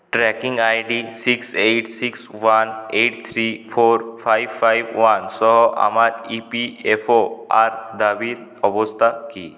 tracking ID six eight six one eight three four five five one সহ আমার EPFO আর দাবির অবস্থা কী